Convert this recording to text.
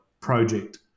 project